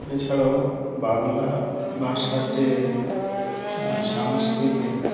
এছাড়াও বাংলা ভাষার যে সাংস্কৃতিক